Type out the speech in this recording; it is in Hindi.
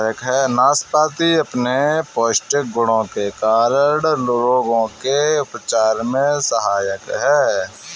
नाशपाती अपने पौष्टिक गुणों के कारण रोगों के उपचार में सहायक है